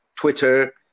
Twitter